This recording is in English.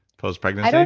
post-pregnancy?